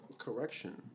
Correction